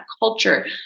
culture